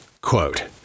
quote